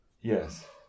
Yes